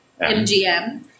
MGM